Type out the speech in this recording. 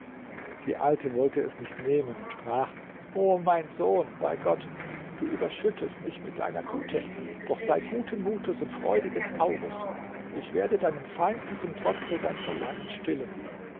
die alte wollte es nicht nehmen und sprach o mein sohn bei gott du überschüttest mich mit deiner güte doch sei guten mutes und freudigen auges ich werde deinen feinden zum trotze dein verlangen stillen